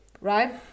right